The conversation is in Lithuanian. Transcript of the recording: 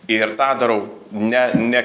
ir tą darau ne ne